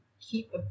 keep